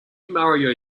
mario